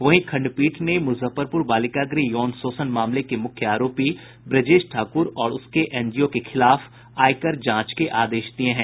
वहीं खंडपीठ ने मुजफ्फरपुर बालिका गृह यौन शोषण मामले के मुख्य आरोपी ब्रजेश ठाकुर और उसके एनजीओ के खिलाफ आयकर जांच के आदेश दिये हैं